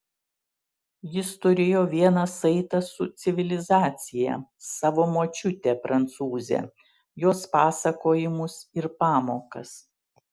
jis turėjo vieną saitą su civilizacija savo močiutę prancūzę jos pasakojimus ir pamokas